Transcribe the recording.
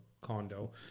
condo